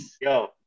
Yo